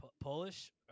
Polish